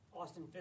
Austin